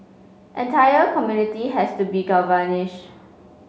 entire community has to be